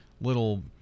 little